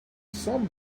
some